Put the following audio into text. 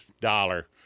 dollar